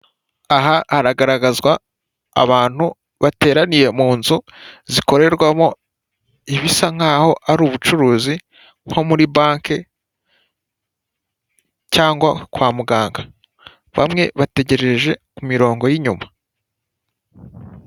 Aha hagaragazwa abantu bateraniye mu nzu zikorerwamo ibisa nk'aho ari ubucuruzi nko muri banke cyangwa kwa muganga, bamwe bategerereje ku mirongo y'inyuma.